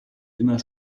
immer